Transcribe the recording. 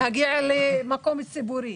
למקום ציבורי.